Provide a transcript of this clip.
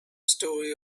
story